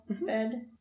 bed